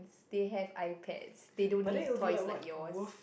they have iPads they don't need toys like yours